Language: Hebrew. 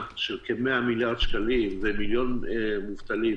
של כ-100 מיליארד שקל ומיליון מובטלים,